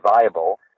viable